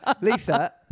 Lisa